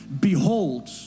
Behold